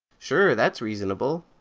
sure, that's reasonable.